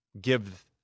give